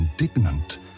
indignant